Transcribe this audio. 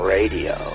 Radio